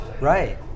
right